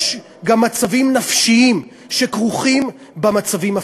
יש גם מצבים נפשיים שכרוכים במצבים הפיזיים.